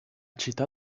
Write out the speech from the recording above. città